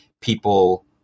people